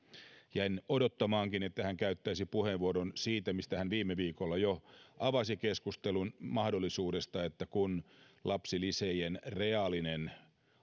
jäin odottamaankin että hän käyttäisi puheenvuoron siitä mistä hän viime viikolla jo avasi keskustelun mahdollisuudesta että kun lapsilisien reaalinen